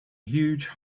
huge